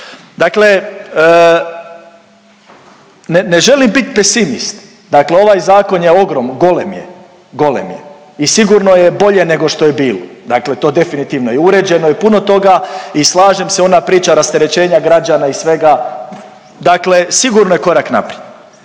Dakle, ne želim bit pesimist, dakle ovaj zakon je golem je, golem je i sigurno je bolje nego što je bilo, dakle to definitivno i uređeno je puno toga i slažem se ona priča rasterećenja građana i svega, dakle sigurno je korak naprijed.